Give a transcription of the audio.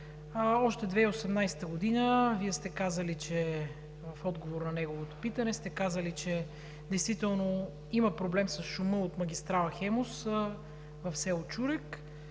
през 2018 г. Вие, в отговор на неговото питане, сте казали, че действително има проблем с шума от магистрала „Хемус“ в село Чурек.